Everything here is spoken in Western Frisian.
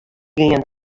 gean